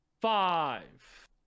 Five